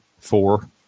four